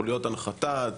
חוליות הנחתה,